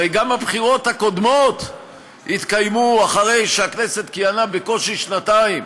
הרי גם הבחירות הקודמות התקיימו אחרי שהכנסת כיהנה בקושי שנתיים